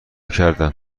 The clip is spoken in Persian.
کردم